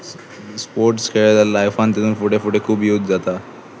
sports खेळ्ळे जाल्यार लायफान तातूंत फुडें फुडें खूब यूज जाता